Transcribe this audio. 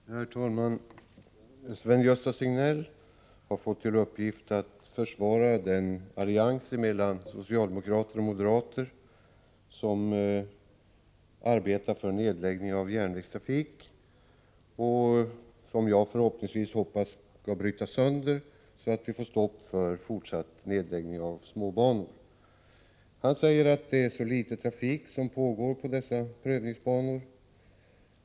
Herr talman! Sven-Gösta Signell har fått till uppgift att försvara den allians mellan socialdemokrater och moderater som arbetar för nedläggning av järnvägstrafik och som jag hoppas skall brytas sönder, så att vi får stopp för fortsatt nedläggning av småbanor. Han säger att det enligt en undersökning är så litet trafik på dessa prövningsbanor.